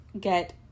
get